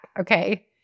Okay